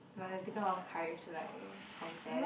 by pick up a lot of courage to like confess